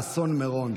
אסון מירון.